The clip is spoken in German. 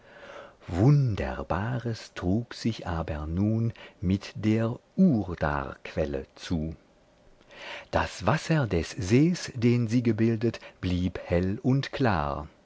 wunderbares trug sich aber nun mit der urdarquelle zu das wasser des sees den sie gebildet blieb hell und klar